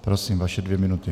Prosím, vaše dvě minuty.